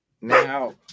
now